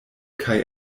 kaj